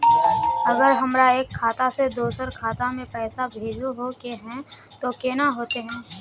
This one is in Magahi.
अगर हमरा एक खाता से दोसर खाता में पैसा भेजोहो के है तो केना होते है?